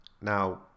Now